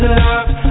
love